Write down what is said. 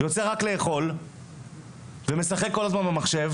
יוצא רק לאכול ומשחק כל הזמן במחשב,